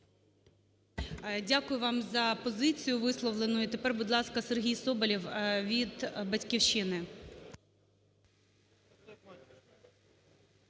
Дякую вам за позицію висловлену. І тепер, будь ласка, Сергій Соболєв від "Батьківщини".